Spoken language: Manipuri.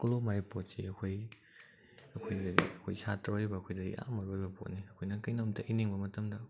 ꯀꯣꯂꯣꯝ ꯍꯥꯏꯔꯤꯕ ꯄꯣꯠꯁꯤ ꯑꯩꯈꯣꯏꯒꯤ ꯑꯩꯈꯣꯏꯒꯤ ꯑꯩꯈꯣꯏ ꯁꯥꯇ꯭ꯔ ꯑꯣꯏꯔꯤꯕ ꯑꯩꯈꯣꯏꯗꯗꯤ ꯌꯥꯝ ꯃꯔꯨ ꯑꯣꯏꯕ ꯄꯣꯠꯅꯤ ꯑꯩꯈꯣꯏꯅ ꯀꯔꯤꯅꯣꯝꯇ ꯏꯅꯤꯡꯕ ꯃꯇꯝꯗ